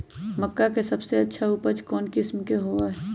मक्का के सबसे अच्छा उपज कौन किस्म के होअ ह?